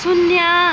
शून्य